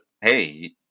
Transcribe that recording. hey